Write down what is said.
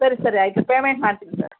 ಸರಿ ಸರಿ ಆಯಿತು ಪೇಮೆಂಟ್ ಮಾಡ್ತೀನಿ ಸರ್